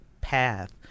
path